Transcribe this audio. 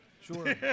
Sure